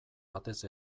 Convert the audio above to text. batez